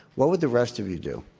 what would the rest of you do?